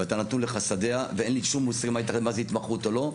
ואתה נתון לחסדיה ואין לי שום מושג מה זה התמחות או לא.